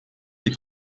des